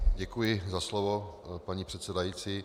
Děkuji za slovo, paní předsedající.